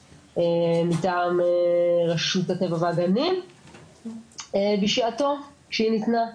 מטעם רשות טבע והגנים בשעתו שהיא ניתנה.